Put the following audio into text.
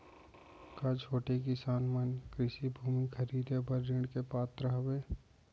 का छोटे किसान मन कृषि भूमि खरीदे बर ऋण के पात्र हवे?